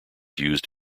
used